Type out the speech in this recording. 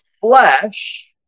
flesh